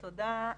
תודה.